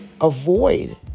avoid